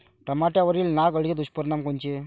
टमाट्यावरील नाग अळीचे दुष्परिणाम कोनचे?